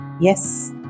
Yes